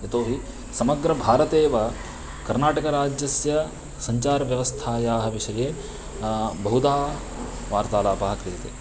यतोहि समग्रभारतेव कर्नाटकराज्यस्य सञ्चारव्यवस्थायाः विषये बहुधा वार्तालापः क्रियते